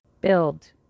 build